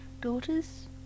daughters